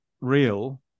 real